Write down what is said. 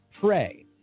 pray